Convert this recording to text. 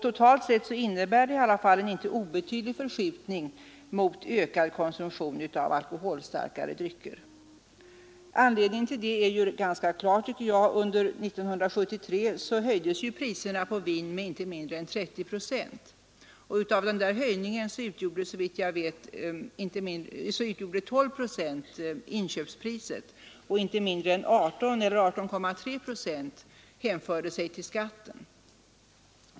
Totalt sett innebär denna förändring en inte obetydlig förskjutning mot ökad konsumtion av alkoholstarkare drycker. Anledningen till detta är ganska klar, tycker jag. Under 1973 höjdes ju priset på vin med inte mindre än 30 procent och av denna höjning drabbade 12 procent inköpspriset medan inte mindre än 18,3 procent hänförde sig till skatten.